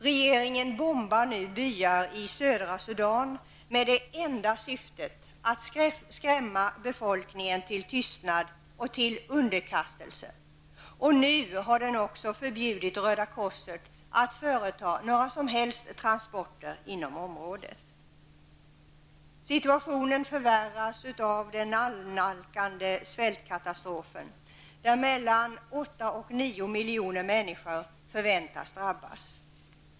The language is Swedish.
Regeringen bombar nu byar i södra Sudan med det enda syftet att skrämma befolkningen till tystnad och underkastelse och har nu också förbjudit Röda korset att företa några som helst transporter inom området. Situationen förvärras av den annalkande svältkatastrofen där mellan åtta och nio miljoner människor väntas drabbas.